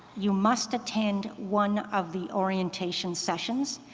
you must attend one of the orientation sessions,